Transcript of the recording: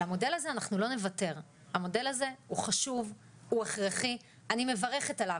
המודל הזה חשוב והכרחי, ואני מברכת עליו.